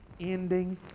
ending